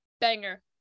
banger